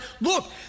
look